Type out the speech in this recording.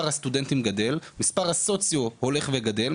הסטודנטים גדל ומספר הסוציו הולך וגדל,